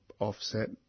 offset